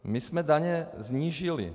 My jsme daně snížili.